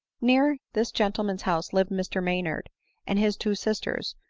near this gentleman's house lived mr maynard and his two sisters,